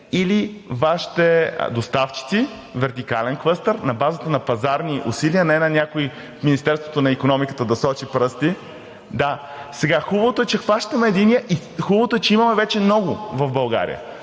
или Вашите доставчици – вертикален клъстер, на базата на пазарни усилия, а не някой в Министерството на икономиката да сочи с пръст. Хубавото е, че хващаме единия и хубавото е, че имаме вече ново в България.